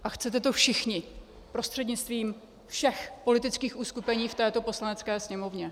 A chcete to všichni prostřednictvím všech politických uskupení v této Poslanecké sněmovně.